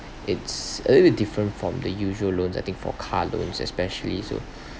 it's a little bit different from the usual loans I think for car loans especially so